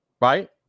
right